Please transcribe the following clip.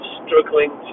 struggling